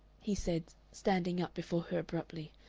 he said, standing up before her abruptly,